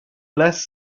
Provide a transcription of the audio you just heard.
less